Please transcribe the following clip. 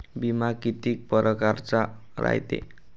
बिमा कितीक परकारचा रायते?